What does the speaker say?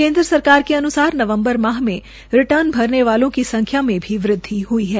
केन्द्र सरकार के अनुसार नवम्बर माह में रिर्टन भरने वालों की संख्या में भी वृदवि हुई है